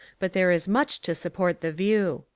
but there is much to support the view.